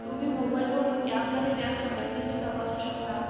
तुम्ही मोबाईलवरून ऍपद्वारे बँक तपशील देखील तपासू शकता